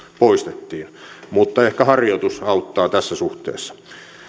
poistettiin mutta ehkä harjoitus auttaa tässä suhteessa